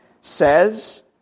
says